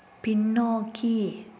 பின்னோக்கி